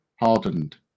hardened